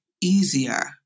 easier